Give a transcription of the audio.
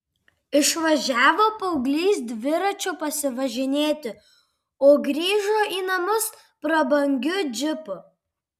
išvažiavo paauglys dviračiu pasivažinėti o grįžo į namus prabangiu džipu